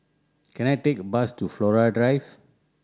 can I take a bus to Flora Drive